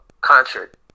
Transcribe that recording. concert